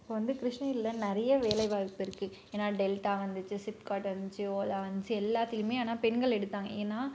இப்போ வந்து கிருஷ்ணகிரியில் நிறைய வேலை வாய்ப்பு இருக்குது ஏன்னால் டெல்டா வந்துச்சு சிப்காட் வந்துச்சி ஓலா வந்துச்சி எல்லாத்திலேயுமே ஆனால் பெண்கள் எடுத்தாங்க ஏன்னால்